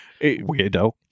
weirdo